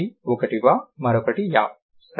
ఒకటి వ మరొకటి య సరేనా